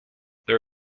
there